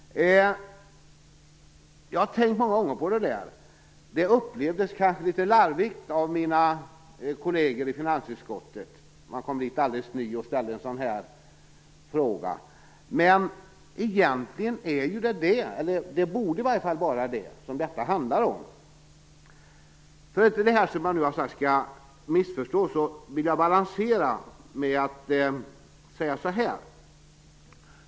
Jag har tänkt på det där många gånger. Det upplevdes kanske som litet larvigt av mina kolleger i finansutskottet när jag kom dit som alldeles ny och ställde den här frågan. Men egentligen borde det ju vara detta som det här handlar om. För att inte det som jag nu har sagt skall missförstås vill jag balansera med att säga följande.